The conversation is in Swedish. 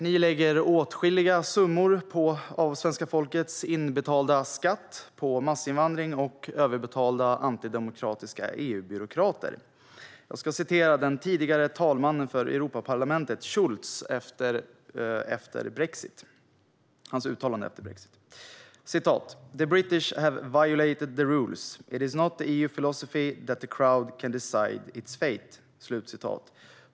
Ni lägger åtskilliga summor av svenska folkets inbetalda skatt på massinvandring och överbetalda antidemokratiska EU-byråkrater. Jag ska citera uttalandet av den tidigare talmannen i Europaparlamentet, Schulz, efter Brexit: "The British have violated the rules. It is not the EU philosophy that the crowd can decide its fate."